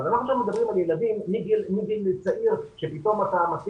אבל אנחנו גם מדברים על ילדים מגיל צעיר שפתאום אתה מתחיל